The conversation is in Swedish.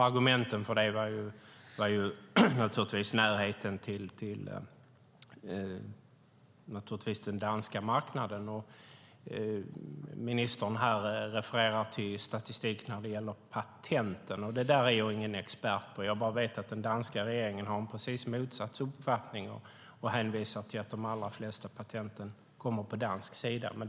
Argumenten för det var naturligtvis närheten till den danska marknaden. Ministern refererade till statistik när det gäller patenten. Det är jag ingen expert på. Jag vet bara att den danska regeringen har precis motsatt uppfattning och hänvisar till att de allra flesta patenten kommer på den danska sidan.